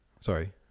sorry